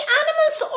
animals